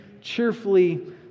cheerfully